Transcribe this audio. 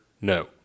no